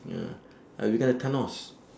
ya I'll become like thanos